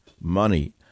money